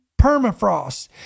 permafrost